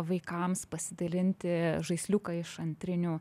vaikams pasidalinti žaisliukai iš antrinių